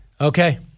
Okay